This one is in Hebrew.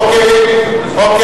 אוקיי.